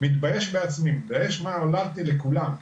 אני מתבייש בעצמי, מתבייש מה עוללתי לכולם.